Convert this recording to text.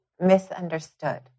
misunderstood